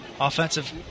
Offensive